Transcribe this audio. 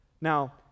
Now